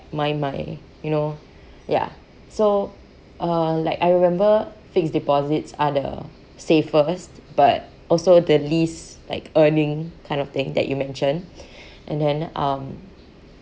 my my you know ya so uh like I remember fixed deposits are the safest but also the least like earning kind of thing that you mention and then um